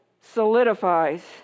solidifies